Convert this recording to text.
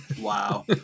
Wow